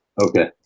Okay